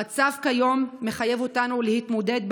המצב כיום מחייב אותנו להתמודד,